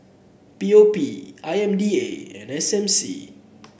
P O P I M D A and S M C